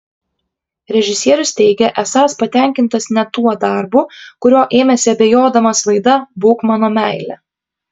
režisierius teigia esąs patenkintas net tuo darbu kurio ėmėsi abejodamas laida būk mano meile